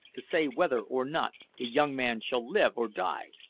to say whether or not the young man shall live or die!